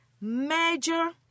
major